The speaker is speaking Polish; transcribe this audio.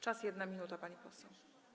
Czas - 1 minuta, pani poseł.